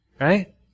Right